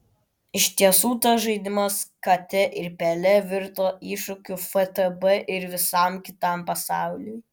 iš tiesų tas žaidimas kate ir pele virto iššūkiu ftb ir visam kitam pasauliui